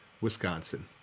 Wisconsin